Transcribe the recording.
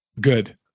good